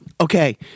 okay